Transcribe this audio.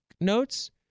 notes